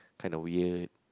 kind of weird